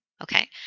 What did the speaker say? Okay